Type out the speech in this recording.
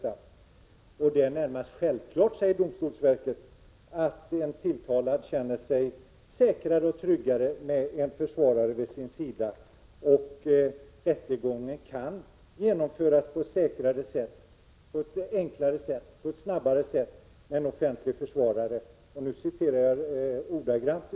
Domstolsverket säger att det närmast är självklart att en tilltalad känner sig säkrare och tryggare med en försvarare vid sin sida och att rättegången kan genomföras på ett säkrare, enklare och snabbare sätt om den tilltalade har en offentlig försvarare.